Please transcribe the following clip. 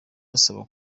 asaba